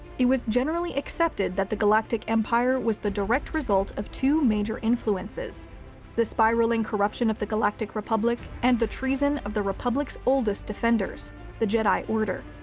it was generally accepted that the galactic empire was the direct result of two major influences the spiralling corruption of the galactic republic, and the treason of the republic's oldest defenders the jedi order.